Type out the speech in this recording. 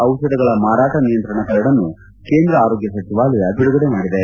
ದೇಶಾದ್ಲಂತ ಮಾರಾಟ ನಿಯಂತ್ರಣ ಕರಡನ್ನು ಕೇಂದ್ರ ಆರೋಗ್ಲ ಸಚಿವಾಲಯ ಬಿಡುಗಡೆ ಮಾಡಿದೆ